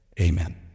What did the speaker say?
Amen